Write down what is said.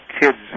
Kids